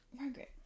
Margaret